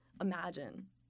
imagine